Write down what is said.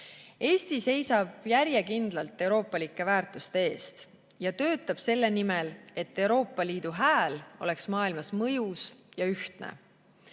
seisab järjekindlalt euroopalike väärtuste eest ja töötab selle nimel, et Euroopa Liidu hääl oleks maailmas mõjus ja ühtne.